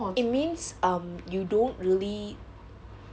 it means um you don't really